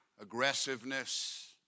aggressiveness